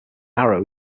arrow